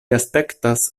aspektas